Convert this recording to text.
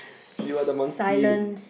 you are the monkey